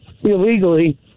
illegally